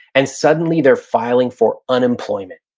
and suddenly they're filing for unemployment.